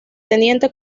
teniente